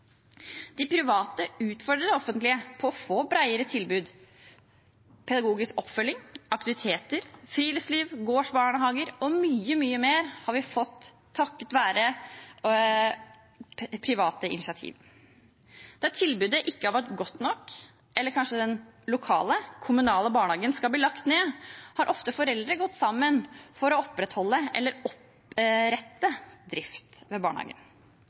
De private utfordrer det offentlige i å få bredere tilbud – pedagogisk oppfølging, aktiviteter, friluftsliv, gårdsbarnehager og mye, mye mer har vi fått takket være private initiativ. Der tilbudet ikke har vært godt nok, eller der hvor den lokale, kommunale barnehagen kanskje skal bli lagt ned, har ofte foreldre gått sammen om å opprettholde eller opprette drift ved barnehagen.